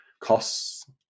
costs